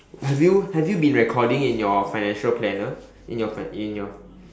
have you have you been recording in your financial planner in your fin~ in your